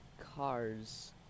cars